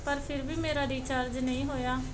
ਪਰ ਫਿਰ ਵੀ ਮੇਰਾ ਰੀਚਾਰਜ ਨਹੀਂ ਹੋਇਆ